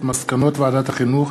מסקנות ועדת החינוך,